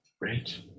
Right